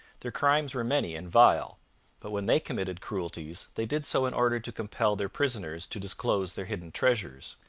their crimes were many and vile but when they committed cruelties they did so in order to compel their prisoners to disclose their hidden treasures,